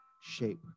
shape